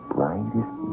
Brightest